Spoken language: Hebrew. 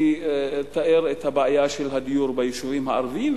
אני אתאר את הבעיה של הדיור ביישובים הערביים,